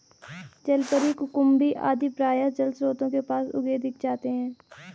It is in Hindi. जलपरी, कुकुम्भी आदि प्रायः जलस्रोतों के पास उगे दिख जाते हैं